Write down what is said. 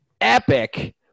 Epic